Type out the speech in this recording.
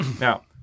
Now